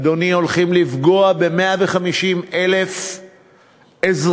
אדוני, הולכים לפגוע ב-150,000 אזרחים,